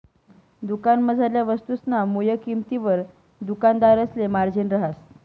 दुकानमझारला वस्तुसना मुय किंमतवर दुकानदारसले मार्जिन रहास